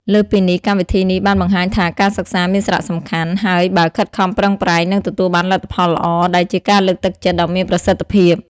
លើសពីនេះ កម្មវិធីនេះបានបង្ហាញថាការសិក្សាមានសារៈសំខាន់ ហើយបើខិតខំប្រឹងប្រែងនឹងទទួលបានលទ្ធផលល្អ ដែលជាការលើកទឹកចិត្តដ៏មានប្រសិទ្ធភាព។